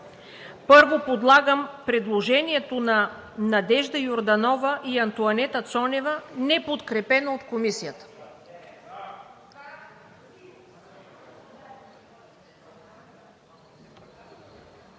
Първо подлагам на гласуване предложението на Надежда Йорданова и Антоанета Цонева, неподкрепено от Комисията.